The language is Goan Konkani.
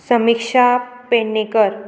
समिक्षा पेडणेकर